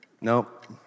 Nope